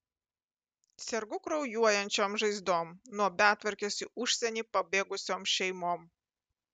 sergu kraujuojančiom žaizdom nuo betvarkės į užsienį pabėgusiom šeimom